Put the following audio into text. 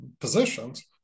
positions